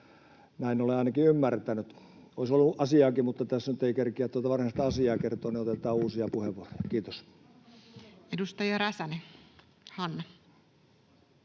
näin olen ainakin ymmärtänyt. Olisi ollut asiaakin, mutta tässä nyt ei kerkeä tuota varsinaista asiaa kertoa, niin otetaan uusia puheenvuoroja. — Kiitos. Edustaja Räsänen, Hanna.